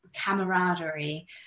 camaraderie